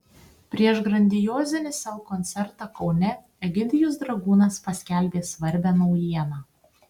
prieš grandiozinį sel koncertą kaune egidijus dragūnas paskelbė svarbią naujieną